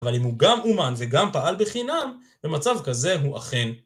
אבל אם הוא גם אומן וגם פעל בחינם, במצב כזה הוא אכן.